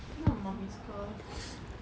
I think I'm a mummy's girl